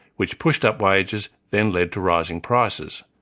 which pushed up wages then led to rising prices.